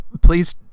please